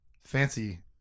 Fancy